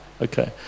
Okay